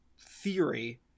theory